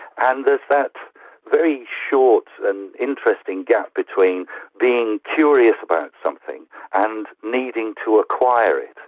and there's that very short and interesting gap between being curious about something and needing to acquire it.